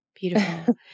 Beautiful